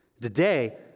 Today